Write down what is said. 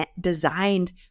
designed